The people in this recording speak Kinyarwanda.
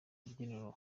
rubyiniro